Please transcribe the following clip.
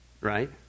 right